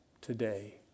today